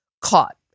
caught